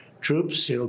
troops